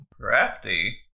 Crafty